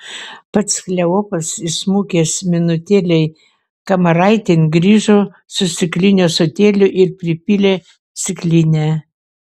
pats kleopas įsmukęs minutėlei kamaraitėn grįžo su stikliniu ąsotėliu ir pripylė stiklinę